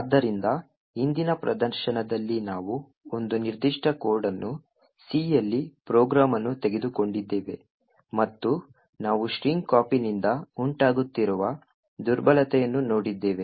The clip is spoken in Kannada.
ಆದ್ದರಿಂದ ಹಿಂದಿನ ಪ್ರದರ್ಶನದಲ್ಲಿ ನಾವು ಒಂದು ನಿರ್ದಿಷ್ಟ ಕೋಡ್ ಅನ್ನು C ಯಲ್ಲಿ ಪ್ರೋಗ್ರಾಂ ಅನ್ನು ತೆಗೆದುಕೊಂಡಿದ್ದೇವೆ ಮತ್ತು ನಾವು strcpy ನಿಂದ ಉಂಟಾಗುತ್ತಿರುವ ದುರ್ಬಲತೆಯನ್ನು ನೋಡಿದ್ದೇವೆ